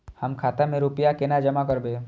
हम खाता में रूपया केना जमा करबे?